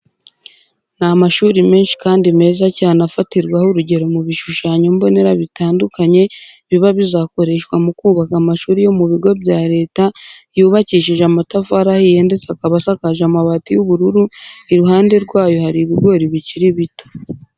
Ni amashuri menshi kandi meza cyane afatirwaho urugero mu bishushanyo mbonera bitandukanye biba bizakoreshwa mu kubaka amashuri yo mu bigo bya leta, yubakishije amatafari ahiye ndetse akaba asakaje amabati y'ubururu, iruhande rwayo hari ibigori bikiri bito.